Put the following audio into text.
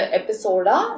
episode